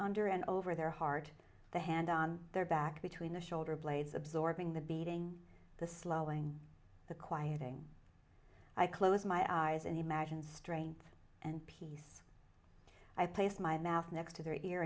under and over their heart the hand on their back between the shoulder blades absorbing the beating the slowing the quieting i close my eyes and imagine strength and peace i place my mouth next to the ear